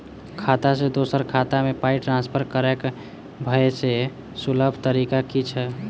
खाता सँ दोसर खाता मे पाई ट्रान्सफर करैक सभसँ सुलभ तरीका की छी?